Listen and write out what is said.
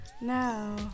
No